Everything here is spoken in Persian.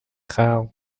خلق